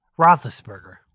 Roethlisberger